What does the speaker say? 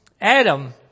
Adam